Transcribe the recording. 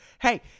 hey